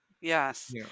yes